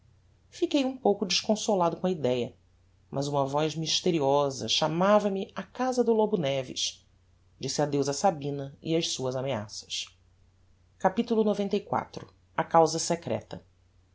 fiquei um pouco desconsolado com a idéa mas uma voz mysteriosa chamava-me á casa do lobo neves disse adeus a sabina e ás suas ameaças capitulo xciv a causa secreta